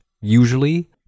usually